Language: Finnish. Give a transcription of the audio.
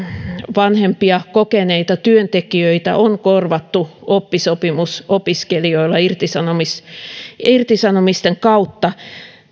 vanhempia kokeneita työntekijöitä on korvattu oppisopimusopiskelijoilla irtisanomisten irtisanomisten kautta